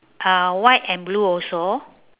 uh white and blue also